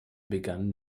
begann